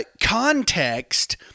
context